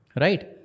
Right